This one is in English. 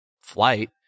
flight